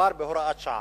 שמדובר בהוראת שעה.